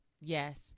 yes